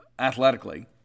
athletically